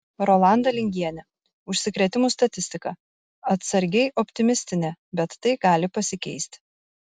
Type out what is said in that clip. rolanda lingienė užsikrėtimų statistika atsargiai optimistinė bet tai gali pasikeisti